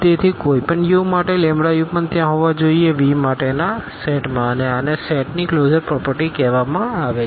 તેથી કોઈપણ u માટે u પણ ત્યાં હોવા જોઈએ V માટેના સેટમાં અને આને સેટની ક્લોઝર પ્રોપરટીઝ કહેવામાં આવે છે